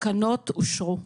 הצבעה אושר התקנות אושרו.